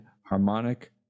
harmonic